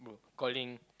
calling